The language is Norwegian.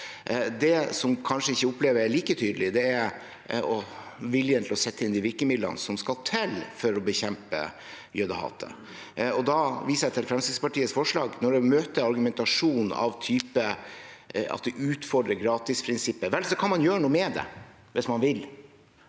Det jeg kanskje ikke opplever at er like tydelig, er viljen til å sette inn de virkemidlene som skal til for å bekjempe jødehatet. Da viser jeg til Fremskrittspartiets forslag. En møter argumentasjon av typen at det utfordrer gratisprinsippet – vel, da kan man gjøre noe med det hvis man vil.